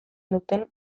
duten